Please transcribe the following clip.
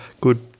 good